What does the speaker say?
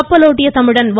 கப்பலோட்டிய தமிழன் வ